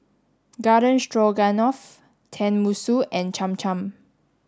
Garden Stroganoff Tenmusu and Cham Cham